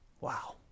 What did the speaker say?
Wow